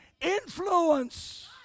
influence